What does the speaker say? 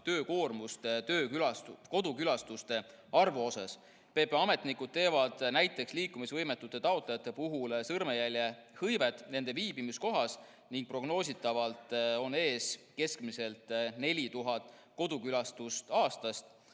töökoormust kodukülastuste arvu mõttes. PPA ametnikud teevad näiteks liikumisvõimetute taotlejate puhul sõrmejäljehõivet nende viibimiskohas ning prognoositavalt on ees keskmiselt 4000 kodukülastust aastas.